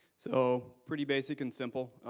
so pretty basic and simple,